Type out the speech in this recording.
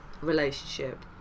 relationship